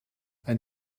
ein